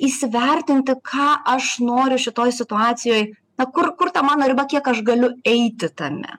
įsivertinti ką aš noriu šitoj situacijoj na kur kur ta mano riba kiek aš galiu eiti tame